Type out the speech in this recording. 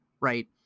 right